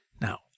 Now